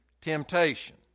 temptation